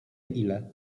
ile